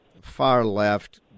far-left